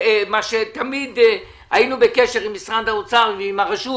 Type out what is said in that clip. מה שתמיד היינו בקשר עם משרד האוצר ועם הרשות